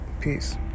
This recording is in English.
Peace